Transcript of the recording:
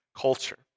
culture